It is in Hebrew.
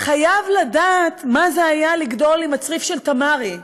חייב לדעת מה זה היה לגדול עם "הצריף של תמרי",